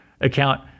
account